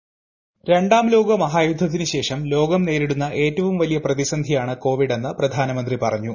voice രാം ലോക മഹായുദ്ധത്തിന് ശേഷം ലോകം നേരിടുന്ന ഏറ്റവും വലിയ പ്രതിസന്ധിയാണ് കോവിഡ് എന്ന് പ്രധാനമന്ത്രി പറഞ്ഞു